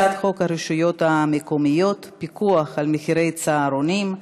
הצעת חוק הרשויות המקומיות (פיקוח על מחירי צהרונים),